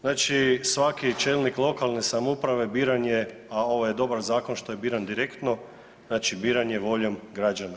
Znači svaki čelnik lokalne samouprave biran je, a ovo je dobar zakon što je biran direktno, znači biran je voljom građana.